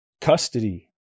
Custody